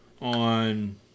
on